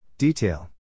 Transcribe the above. Detail